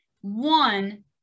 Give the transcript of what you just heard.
one